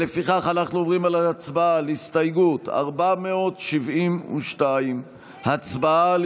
לפיכך אנחנו עוברים להצבעה על הסתייגות 472. הצבעה על